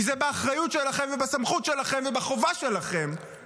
כי זה באחריות שלכם ובסמכות שלכם ובחובה שלכם